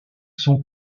sont